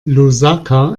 lusaka